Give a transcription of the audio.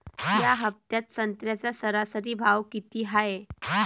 या हफ्त्यात संत्र्याचा सरासरी भाव किती हाये?